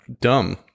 dumb